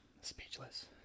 Speechless